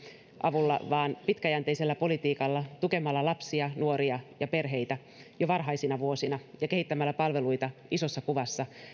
avulla vaan pitkäjänteisellä politiikalla tukemalla lapsia nuoria ja perheitä jo varhaisina vuosina ja kehittämällä palveluita isossa kuvassa